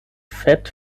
fett